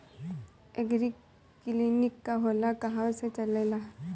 एगरी clinic का होला कहवा से चलेँला?